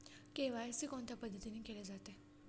KYC कोणत्या पद्धतीने केले जाते?